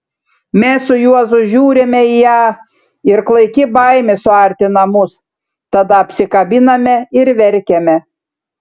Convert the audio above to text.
mes su juozu žiūrime į ją ir klaiki baimė suartina mus tada apsikabiname ir verkiame